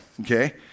Okay